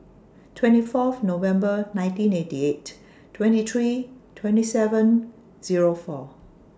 twenty Fourth November nineteen ninety eight twenty three twenty seven four